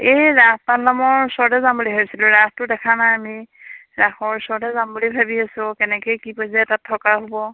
এই ৰাস পালনামৰ ওচৰতে যাম বুলি ভাবিছিলোঁ ৰাসটো দেখা নাই আমি ৰাসৰ ওচৰতে যাম বুলি ভাবি আছোঁ কেনেকে কি পৰ্যায়ত তাত থকা হ'ব